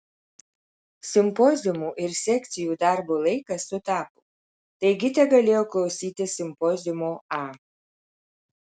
simpoziumų ir sekcijų darbo laikas sutapo taigi tegalėjau klausytis simpoziumo a